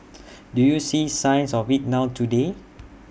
do you see signs of IT now today